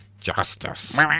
justice